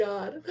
God